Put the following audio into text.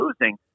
losing